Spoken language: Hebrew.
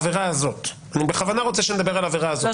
אני בכוונה רוצה שנדבר על העבירה הזו,